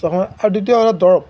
আৰু দ্বিতীয় কথা দৰব